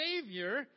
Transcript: Savior